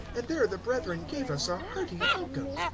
and there the brethren gave us a hearty welcome.